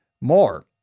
more